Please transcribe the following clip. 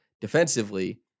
defensively